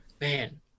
man